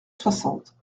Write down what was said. soixante